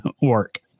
work